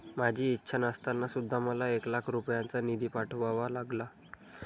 माझी इच्छा नसताना सुद्धा मला एक लाख रुपयांचा निधी पाठवावा लागला